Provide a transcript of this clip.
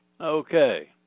Okay